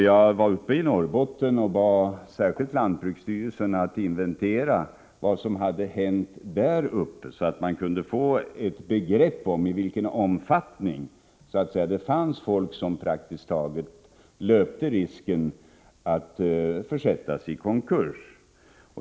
Jag var i Norrbotten och bad särskilt lantbruksstyrelsen att inventera vad som hänt där uppe så att man kunde få ett begrepp om i vilken omfattning det fanns folk som praktiskt taget löpte Tisken att försättas i konkurs.